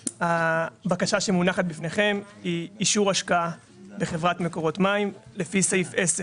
הבקשה שמונחת בפניכם היא אישור השקעה בחברת מקורות מים לפי סעיף 10